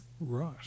right